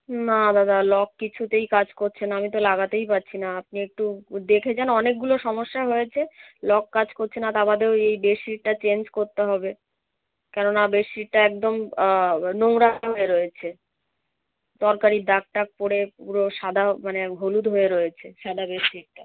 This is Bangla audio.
না দাদা লক কিছুতেই কাজ করছে না আমি তো লাগাতেই পাচ্ছি না আপনি একটু দেখে যান অনেকগুলো সমস্যা হয়েছে লক কাজ করছে না তা বাদে ওই বেড শিটটা চেঞ্জ করতে হবে কেননা বেড শিটটা একদম নোংরা হয়ে রয়েছে তরকারির দাগ টাগ পড়ে পুরো সাদা মানে হলুদ হয়ে রয়েছে সাদা বেড শিটটা